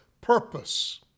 purpose